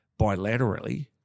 bilaterally